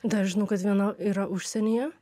dar žinau kad vien yra užsienyje